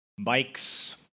bikes